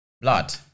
blood